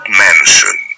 mansion